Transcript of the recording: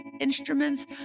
instruments